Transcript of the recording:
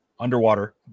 Underwater